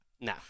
No